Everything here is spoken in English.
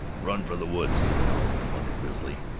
run for the woods, growled the mother grizzly,